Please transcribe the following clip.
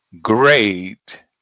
Great